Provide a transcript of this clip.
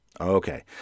Okay